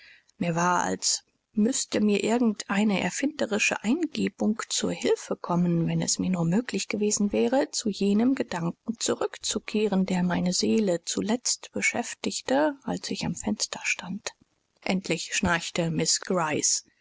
mir war als müßte mir irgend eine erfinderische eingebung zur hilfe kommen wenn es mir nur möglich gewesen wäre zu jenem gedanken zurückzukehren der meine seele zuletzt beschäftigte als ich am fenster stand endlich schnarchte miß